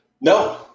No